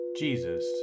Jesus